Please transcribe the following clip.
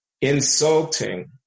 insulting